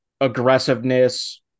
aggressiveness